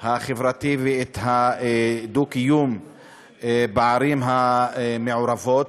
החברתי ואת הדו-קיום בערים המעורבות.